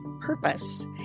purpose